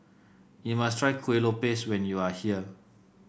you must try Kueh Lopes when you are here